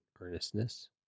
earnestness